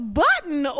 button